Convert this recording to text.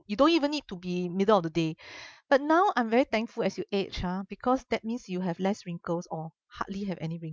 you don't even need to be middle of the day but now I'm very thankful as you age ah because that means you have less wrinkles or hardly have any